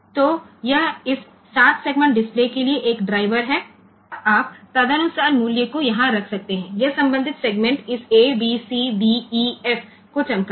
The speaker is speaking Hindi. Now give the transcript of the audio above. तो यह इस 7 सेगमेंट डिस्प्ले के लिए एक ड्राइवर है और आप तदनुसार मूल्य को यहां रख सकते हैं यह संबंधित सेगमेंट इस a b c d e f को चमकाएगा